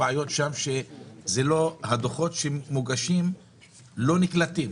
הדוחות שמוגשים לא נקלטים